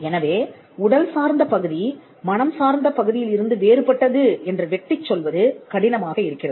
எனவே உடல் சார்ந்த பகுதி மனம் சார்ந்த பகுதியில் இருந்து வேறுபட்டது என்று வெட்டிச் சொல்வது கடினமாக இருக்கிறது